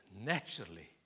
Naturally